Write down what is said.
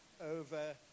over